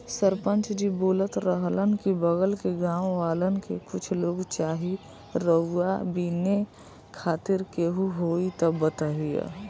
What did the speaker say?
सरपंच जी बोलत रहलन की बगल के गाँव वालन के कुछ लोग चाही रुआ बिने खातिर केहू होइ त बतईह